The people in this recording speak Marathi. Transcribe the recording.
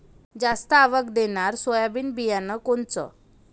जास्त आवक देणनरं सोयाबीन बियानं कोनचं?